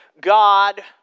God